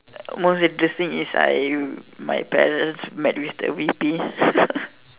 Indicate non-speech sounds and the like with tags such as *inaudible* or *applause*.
most interesting is I my parents met with the V_P *laughs*